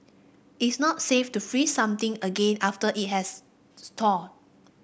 it's not safe to freeze something again after it has thawed